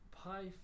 pi